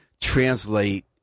translate